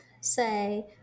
say